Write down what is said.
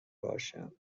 باشم